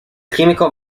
químico